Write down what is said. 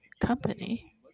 company